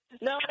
No